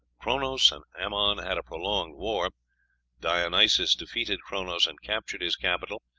chronos and amon had a prolonged war dionysos defeated chronos and captured his capital,